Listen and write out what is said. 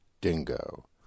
dingo